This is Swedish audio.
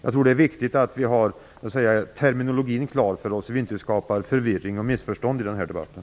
Jag tror att det är viktigt att vi har terminologin klar för oss så att vi inte skapar förvirring och missförstånd i debatten.